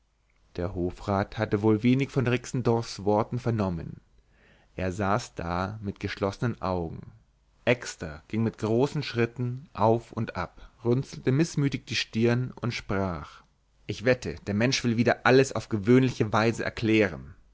der hofrat hatte wohl wenig von rixendorfs worten vernommen er saß da mit geschlossenen augen exter ging mit großen schritten auf und ab runzelte mißmütig die stirn und sprach ich wette der mensch will wieder alles auf gewöhnliche manier erklären